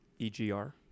EGR